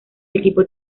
equipo